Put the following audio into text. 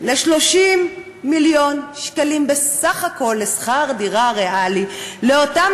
ל-30 מיליון שקלים בסך הכול לשכר דירה ריאלי לאותם